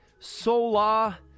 sola